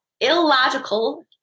illogical